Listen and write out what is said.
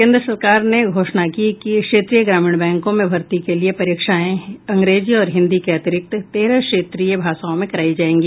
केन्द्र सरकार ने घोषणा की कि क्षेत्रीय ग्रामीण बैंकों में भर्ती के लिए परीक्षाएं अंग्रेजी और हिन्दी के अतिरिक्त तेरह क्षेत्रीय भाषाओं में कराई जायेंगी